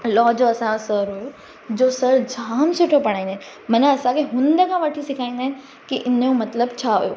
law जो असांजो sir हुयो जो सर जामु सुठो पढ़ाईंदा आहिनि माना असांखे हूंद खां वठी सेखारींदा आहिनि की इन जो मतलबु छा हुयो